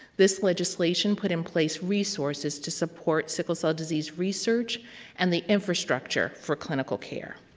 this legislation put in place resources to support sickle cell disease research and the infrastructure for clinical care.